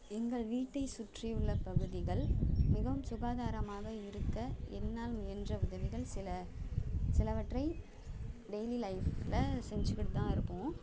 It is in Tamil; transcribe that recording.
எங்கள் வீட்டைச் சுற்றி உள்ள பகுதிகள் மிகவும் சுகாதாரமாக இருக்க என்னால் முயன்ற உதவிகள் சில சிலவற்றை டெய்லி லைஃப்பில் செஞ்சுக்கிட்டு தான் இருப்போம்